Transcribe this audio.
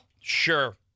Sure